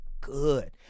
good